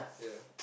yeah